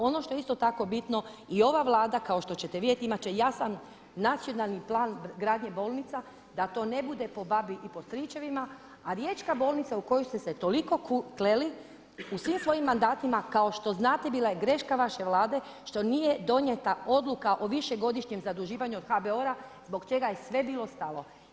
Ono što je isto tako bitno i ova Vlada kao što ćete vidjeti imati će jasan nacionalni plan gradnje bolnica da to ne bude po babi i po stričevima a riječka bolnica u koju ste se toliko kleli u svim svojim mandatima kao što znate bila je greška vaše Vlade što nije donijeta odluka o višegodišnjem zaduživanju od HBOR-a zbog čega je sve bilo stalo.